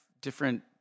different